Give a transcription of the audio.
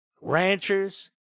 ranchers